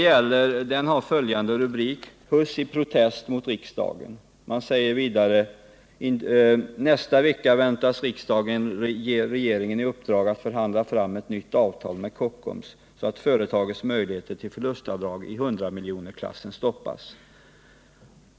Rubriken lyder: ”Huss i protest mot riksdagen.” Det står vidare: ”Nästa vecka väntas riksdagen ge regeringen i uppdrag att förhandla fram ett nytt avtal med Kockums, så att företagets möjligheter till förlustavdrag i 100-miljonersklassen stoppas.